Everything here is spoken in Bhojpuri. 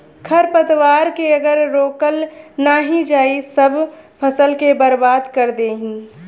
खरपतवार के अगर रोकल नाही जाई सब फसल के बर्बाद कर देई